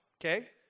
okay